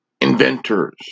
inventors